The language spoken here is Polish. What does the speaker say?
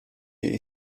jej